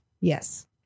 Yes